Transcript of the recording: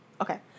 Okay